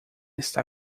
está